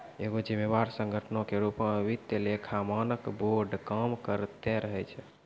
एगो जिम्मेवार संगठनो के रुपो मे वित्तीय लेखा मानक बोर्ड काम करते रहै छै